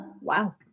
Wow